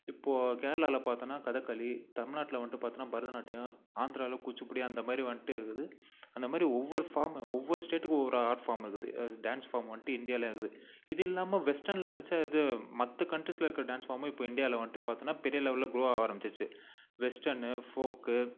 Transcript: இப்போது கேரளாவில் பார்த்தோன்னா கதக்களி தமிழ்நாட்டில் வந்துட்டு பார்த்தோன்னா பரதநாட்டியம் ஆந்திராவில் குச்சுப்புடி அந்த மாதிரி வந்துட்டு இருக்குது அந்த மாதிரி ஒவ்வொரு ஃபார்மு ஒவ்வொரு ஸ்டேட்டுக்கு ஒவ்வொரு ஆர்ட் ஃபார்ம் இருக்குது அது டான்ஸ் ஃபார்ம் வந்துட்டு இண்டியாலேயும் இருக்குது இது இல்லாமல் வெஸ்டனில் ச்ச இது மற்ற கண்ட்ரீஸ்சில் இருக்க டான்ஸ் ஃபார்மும் இப்போ இண்டியாவில் வந்துட்டு பார்த்தோன்னா பெரிய லெவலில் க்ரோ ஆக ஆரம்பிச்சுருச்சு வெஸ்டனு ஃபோக்கு